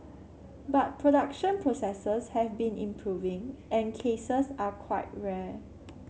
but production processes have been improving and cases are quite rare